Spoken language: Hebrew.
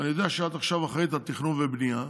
אני יודע שאת עכשיו אחראית לתכנון ובנייה,